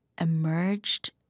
emerged